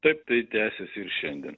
taip tai tęsis ir šiandien